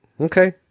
Okay